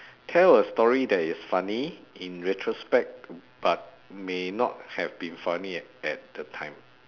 tell a story that is funny in retrospect but may not have been funny at that time